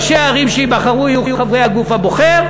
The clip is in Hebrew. ראשי הערים שייבחרו יהיו חברי הגוף הבוחר,